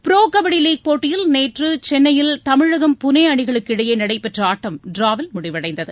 pro kabaddi league போட்டியில் நேற்று சென்னையில் தமிழகம் புனே அணிகளுக்கு இடையே நடைபெற்ற ஆட்டம் டிராவில் முடிவடைந்தது